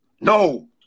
No